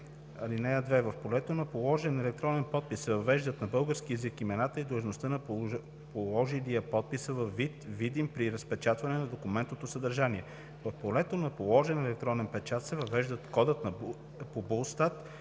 вид. (2) В полето на положен електронен подпис се въвеждат на български език имената и длъжността на положилия подписа във вид, видим при разпечатване на документното съдържание. В полето на положен електронен печат се въвеждат кодът по БУЛСТАТ